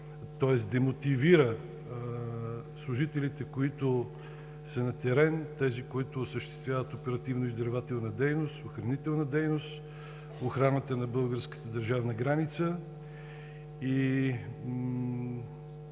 силно демотивира служителите, които са на терен, тези, които осъществяват оперативно-издирвателна дейност, охранителна дейност, охраната на българската държавна граница.